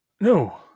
no